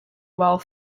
while